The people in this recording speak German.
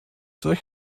solch